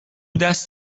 دست